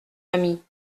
ami